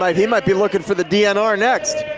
might, he might be looking for the dnr next!